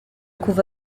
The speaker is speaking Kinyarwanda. kuva